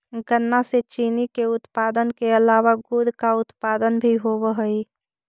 गन्ना से चीनी के उत्पादन के अलावा गुड़ का उत्पादन भी होवअ हई